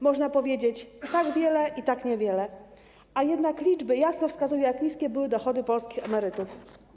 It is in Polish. Można powiedzieć: tak wiele i tak niewiele, a jednak liczby jasno wskazują, jak niskie były dochody polskich emerytów.